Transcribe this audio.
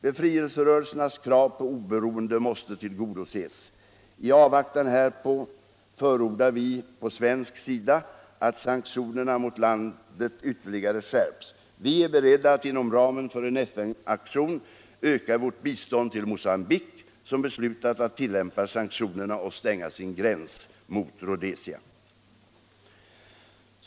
Befrielserörelsernas krav på oberoende måste tillgodoses. I avvaktan härpå förordar vi på svensk sida att sanktionerna mot landet ytterligare skärps. Vi är beredda att inom ramen för en FN-aktion öka vårt bistånd till Mocambique, som beslutat att tillämpa sanktionerna och stänga sin gräns mot Rhodesia.